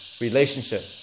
relationship